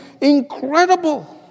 incredible